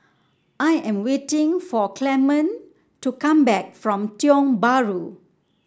I am waiting for Clement to come back from Tiong Bahru